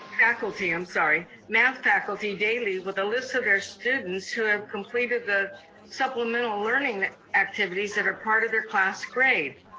faculty, i'm sorry. math faculty daily with a list of their students who have completed the supplemental learning activities that are part of their class grade.